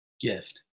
gift